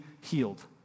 healed